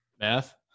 math